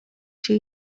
się